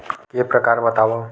के प्रकार बतावव?